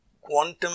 Quantum